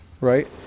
Right